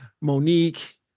Monique